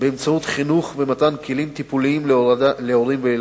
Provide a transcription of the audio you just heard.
באמצעות חינוך ומתן כלים טיפוליים להורים וילדים.